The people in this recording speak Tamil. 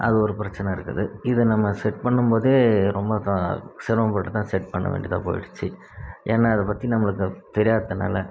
அது ஒரு பிரச்சின இருக்குது இதை நம்ம செட் பண்ணும்போதே ரொம்ப சிரமப்பட்டுதான் செட் பண்ண வேண்டியதாக போயிடுச்சு ஏன்னால் இதை பற்றி நம்மளுக்கு தெரியாததுனால்